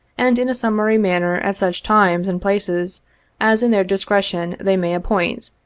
and in a summary manner, at such times and places as in their discretion they may appoint,